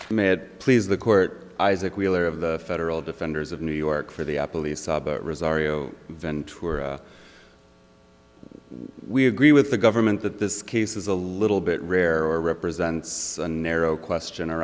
may it please the court isaac wheeler of the federal defenders of new york for the resign ventura we agree with the government that this case is a little bit rarer represents a narrow question ar